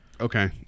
Okay